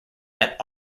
that